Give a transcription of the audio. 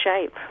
shape